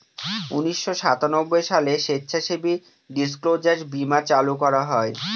উনিশশো সাতানব্বই সালে স্বেচ্ছাসেবী ডিসক্লোজার বীমা চালু করা হয়